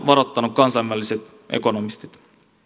varoittaneet kansainväliset ekonomistit